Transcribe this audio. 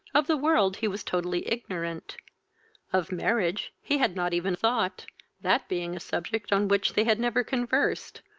of the world he was totally ignorant of marriage he had not even thought that being a subject on which they had never conversed,